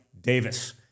Davis